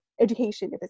education